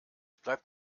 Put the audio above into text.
bleibt